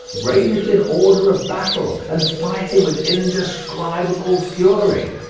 ranged in order of battle, and fighting with indescribable fury.